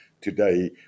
today